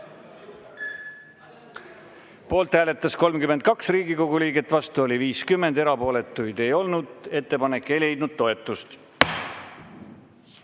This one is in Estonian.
poolt hääletas 32 Riigikogu liiget, vastu 49, erapooletuid ei olnud. Ettepanek ei leidnud toetust.